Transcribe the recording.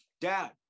Dad